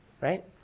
right